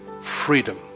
freedom